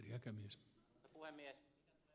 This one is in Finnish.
herra puhemies